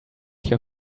your